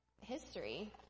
history